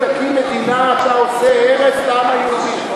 אם תקים מדינה אתה עושה הרס לעם היהודי.